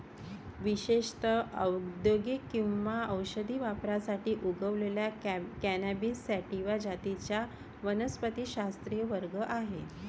विशेषत औद्योगिक किंवा औषधी वापरासाठी उगवलेल्या कॅनॅबिस सॅटिवा जातींचा वनस्पतिशास्त्रीय वर्ग आहे